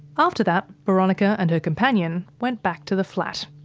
after that, boronika and her companion went back to the flat.